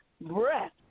Breath